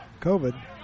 COVID